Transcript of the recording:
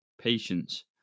patience